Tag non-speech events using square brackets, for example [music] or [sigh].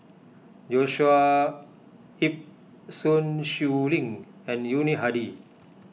[noise] Joshua Ip Sun Xueling and Yuni Hadi